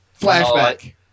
Flashback